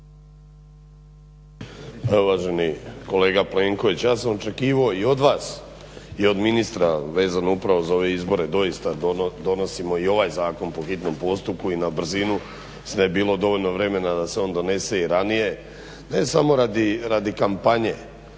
Uvaženi kolega Plenković, ja sam očekivao i od vas i od ministra vezano upravo za ove izbore doista donosimo i ovaj zakon po hitnom postupku i na brzinu šta je bilo dovoljno vremena da se on donese i ranije ne samo radi kompanije